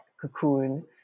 cocoon